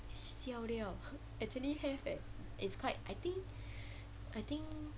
siao liao actually have eh it's quite I think I think